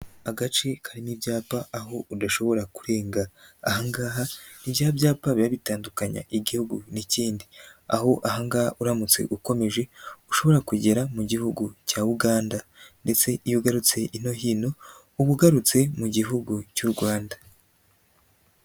Agace karirimo ibyapa aho udashobora kurenga, ahangaha ni bya byapa biba bitandukanya igihugu n'ikindi, aho ahangaha uramutse ukomeje ushobora kugera mu gihugu cya Uganda ndetse iyo ugarutse ino hino uba ugarutse mu gihugu cy'u Rwanda.